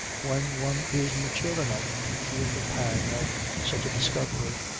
when one is mature enough to feel the pang of such a discovery.